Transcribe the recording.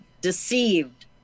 deceived